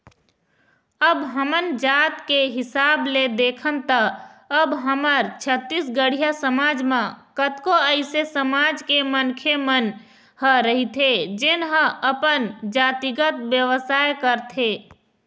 अब हमन जात के हिसाब ले देखन त अब हमर छत्तीसगढ़िया समाज म कतको अइसे समाज के मनखे मन ह रहिथे जेन ह अपन जातिगत बेवसाय करथे